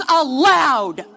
allowed